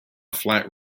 flat